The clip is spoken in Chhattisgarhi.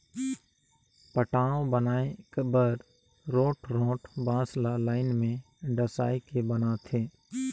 पटांव बनाए बर रोंठ रोंठ बांस ल लाइन में डसाए के बनाथे